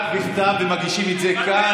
הודעה אישית, רק בכתב, ומגישים את זה כאן.